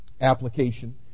application